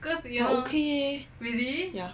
but okay leh ya